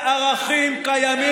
מצאת לך חבר חדש.